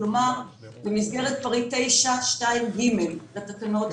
כלומר במסגרת פסקה 9(2)(ג) לתקנות.